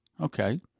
Okay